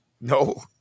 no